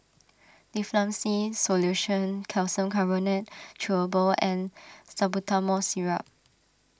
Difflam C Solution Calcium Carbonate Chewable and Salbutamol Syrup